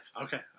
Okay